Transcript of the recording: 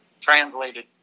translated